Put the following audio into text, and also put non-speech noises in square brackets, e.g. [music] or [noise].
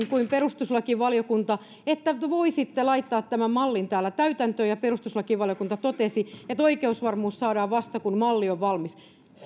[unintelligible] kuin perustuslakivaliokunta että voisitte laittaa tämän mallin täällä täytäntöön kun taas perustuslakivaliokunta totesi että oikeusvarmuus saadaan vasta kun malli on valmis